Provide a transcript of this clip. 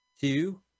two